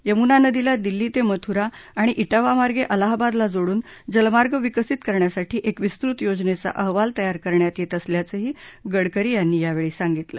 यमुना नदीला दिल्ली ते मथुरा आणि त्रिवा मार्गे अलाहाबादला जोडून जलमार्ग विकसित करण्यासाठी एका विस्तृत योजनेचा अहवाल तयार करण्यात येत असल्याचंही गडकरी यांनी यावेळी सांगितलं